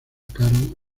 atacaron